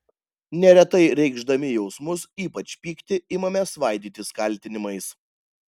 neretai reikšdami jausmus ypač pyktį imame svaidytis kaltinimais